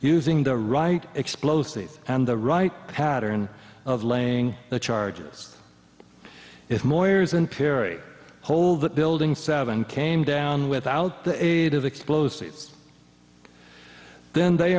using the right explosives and the right pattern of laying the charges if moyers and piri hold that building seven came down without the aid of explosives then they